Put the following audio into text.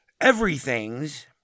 everything's